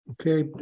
Okay